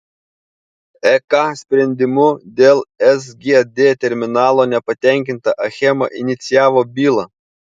ek sprendimu dėl sgd terminalo nepatenkinta achema inicijavo bylą